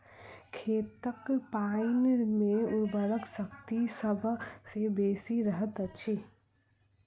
खेतक पाइन मे उर्वरा शक्ति सभ सॅ बेसी रहैत अछि